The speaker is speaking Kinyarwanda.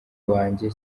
wanjye